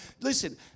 Listen